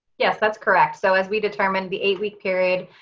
yes, that's correct. so as we determine the eight-week period,